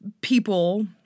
people